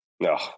No